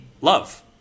love